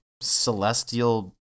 celestial